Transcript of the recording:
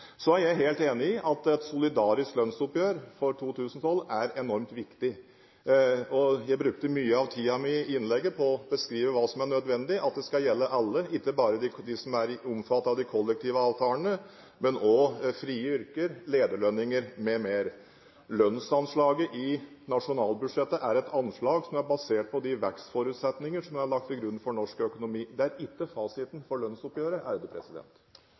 Så er jeg helt enig i at et solidarisk lønnsoppgjør for 2012 er enormt viktig. Jeg brukte mye av tiden min i innlegget på å beskrive hva som er nødvendig; at det skal gjelde alle, ikke bare dem som er omfattet av de kollektive avtalene, men også dem som har frie yrker, lederlønninger m.m. Lønnsanslaget i nasjonalbudsjettet er et anslag som er basert på de vekstforutsetninger som er lagt til grunn for norsk økonomi. Det er ikke fasiten for lønnsoppgjøret.